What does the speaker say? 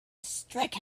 strike